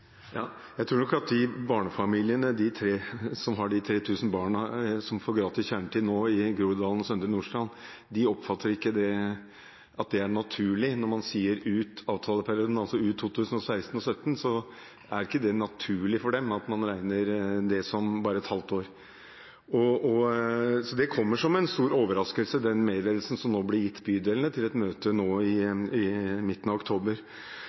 Jeg tror nok ikke at foreldrene til de 3 000 barna som nå får gratis kjernetid i Groruddalen og Søndre Nordstrand, oppfatter at det er naturlig når man sier «ut avtaleperioden», altså ut 2016 og 2017, at man regner det som bare et halvt år. Så den meddelelsen som ble gitt bydelene i et møte i midten av oktober, kom som en stor overraskelse. Det spørsmålet mitt i mai gjaldt, var om man ville fortsette ordningen med gratis kjernetid for alle i disse områdene med spesielle inkluderingsutfordringer i